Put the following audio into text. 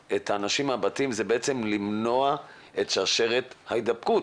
את האנשים מהבתים זה בעצם כדי למנוע את שרשרת ההדבקה,